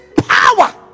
power